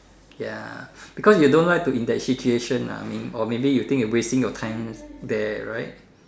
ya because you don't like to in that situation lah mean or maybe you think you wasting your time there right